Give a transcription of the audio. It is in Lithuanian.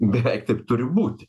beveik taip turi būti